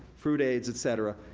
fruitades, et cetera,